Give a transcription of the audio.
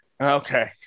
Okay